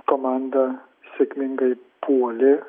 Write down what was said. komanda sėkmingai puolė